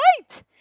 right